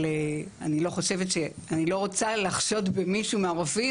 אני לא רוצה לחשוד במישהו מהרופאים